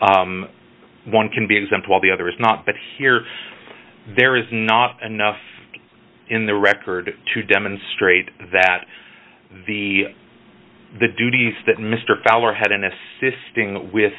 one can be exempt while the other is not but here there is not enough in the record to demonstrate that the the duties that mr fowler had in assisting with